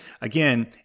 again